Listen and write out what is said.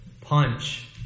punch